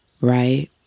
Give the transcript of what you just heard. right